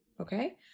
okay